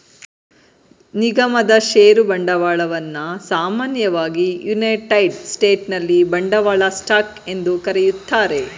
ನಿಗಮದ ಷೇರು ಬಂಡವಾಳವನ್ನ ಸಾಮಾನ್ಯವಾಗಿ ಯುನೈಟೆಡ್ ಸ್ಟೇಟ್ಸ್ನಲ್ಲಿ ಬಂಡವಾಳ ಸ್ಟಾಕ್ ಎಂದು ಕರೆಯುತ್ತಾರೆ